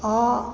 आ